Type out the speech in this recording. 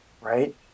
right